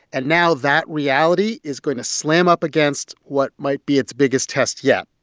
and now that reality is going to slam up against what might be its biggest test yet,